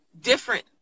different